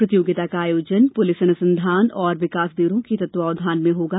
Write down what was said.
प्रतियोगिता का आयोजन पुलिस अनुसंधान और विकास ब्यूरो के तत्वावधान में होगा